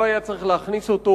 לא היה צריך להכניס אותו.